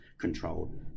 controlled